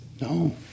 No